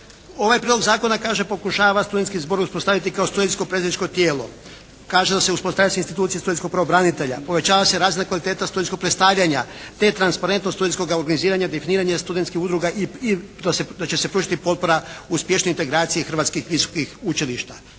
Ovaj Prijedlog zakona kaže pokušava studentski zbor uspostaviti kao studentsko predstavničko tijelo, kaže da se, uspostavlja se institucija studentskog pravobranitelja, povećava se razina kvalitete studentskog predstavlja te transparentnog studentskoga organiziranja, definiranje studentskih udruga i da će se pružiti potpora uspješnijoj integraciji hrvatskih visokih učilišta.